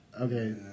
Okay